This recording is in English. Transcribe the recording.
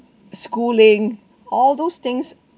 schooling all those things